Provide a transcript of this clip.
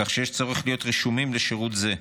כך שיש צורך להיות רשומים לשירות זה.